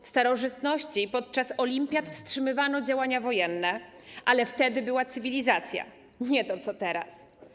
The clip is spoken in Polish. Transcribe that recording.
W starożytności podczas olimpiad wstrzymywano działania wojenne, ale wtedy była cywilizacja, nie to, co teraz.